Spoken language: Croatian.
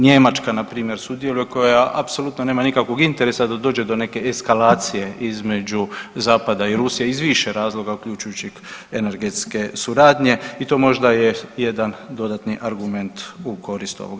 Njemačka npr. sudjeluje koja apsolutno nema nikakvog interesa da dođe do neke eskalacije između zapada i Rusije iz više razloga uključujući energetske suradnje i to možda je jedan dodatni argument u korist ovog.